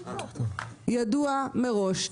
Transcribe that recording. ידוע מראש,